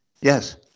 Yes